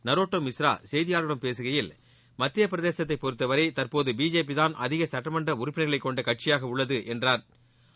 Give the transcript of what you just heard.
நரோட்டம் மிஸ்ரா செய்தியாளர்களிடம் பேககையில் மத்திய பிரதேசத்தை பொறுத்த வரை தற்போது பிஜேபிதான் அதிக சட்டமன்ற உறுப்பினர்களை கொண்ட கட்சியாக உள்ளது என்றா்